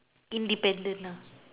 independent nah